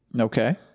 Okay